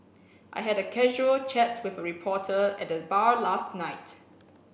I had a casual chat with a reporter at the bar last night